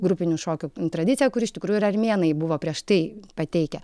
grupinių šokių tradicija kur iš tikrųjų ir armėnai buvo prieš tai pateikę